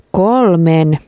kolmen